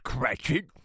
Cratchit